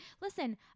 Listen